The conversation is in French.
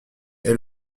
est